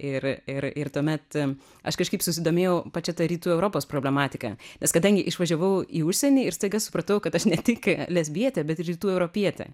ir ir tuomet aš kažkaip susidomėjau pačia ta rytų europos problematika nes kadangi išvažiavau į užsienį ir staiga supratau kad aš ne tik lesbietė bet rytų europietė